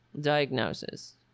diagnosis